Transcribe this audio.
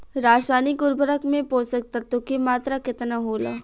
रसायनिक उर्वरक मे पोषक तत्व के मात्रा केतना होला?